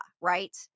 right